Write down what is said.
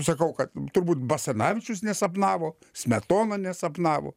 sakau kad turbūt basanavičius nesapnavo smetona nesapnavo